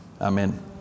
Amen